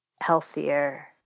healthier